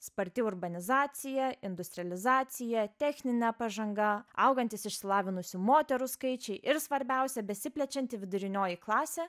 sparti urbanizacija industrializacija techninė pažanga augantys išsilavinusių moterų skaičiai ir svarbiausia besiplečianti vidurinioji klasė